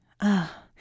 Ah